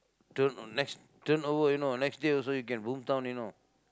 turn or next turn over you know next year also you can boom town you know